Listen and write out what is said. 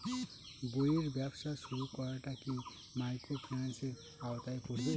বইয়ের ব্যবসা শুরু করাটা কি মাইক্রোফিন্যান্সের আওতায় পড়বে?